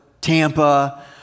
Tampa